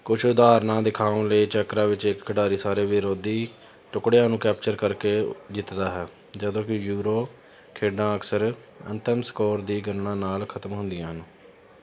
ਕੁਝ ਉਦਾਹਰਣਾਂ ਦਿਖਾਉਣ ਲਈ ਚੈਕਰਾਂ ਵਿੱਚ ਇੱਕ ਖਿਡਾਰੀ ਸਾਰੇ ਵਿਰੋਧੀ ਟੁਕੜਿਆਂ ਨੂੰ ਕੈਪਚਰ ਕਰਕੇ ਜਿੱਤਦਾ ਹੈ ਜਦੋਂ ਕਿ ਯੂਰੋ ਖੇਡਾਂ ਅਕਸਰ ਅੰਤਿਮ ਸਕੋਰ ਦੀ ਗਣਨਾ ਨਾਲ ਖਤਮ ਹੁੰਦੀਆਂ ਹਨ